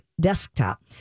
desktop